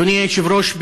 אדוני היושב-ראש,